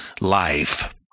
life